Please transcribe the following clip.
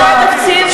אבל זה לא פרובוקציה.